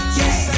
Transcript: yes